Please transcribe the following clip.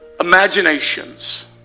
imaginations